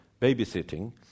babysitting